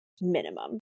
minimum